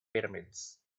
pyramids